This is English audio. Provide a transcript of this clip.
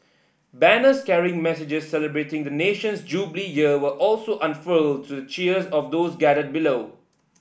banners carrying messages celebrating the nation's Jubilee Year were also unfurled to the cheers of those gathered below